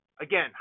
again